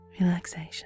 relaxation